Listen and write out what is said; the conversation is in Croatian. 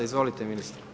Izvolite, ministre.